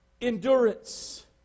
Endurance